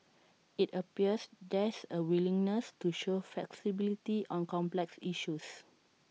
IT appears there's A willingness to show flexibility on complex issues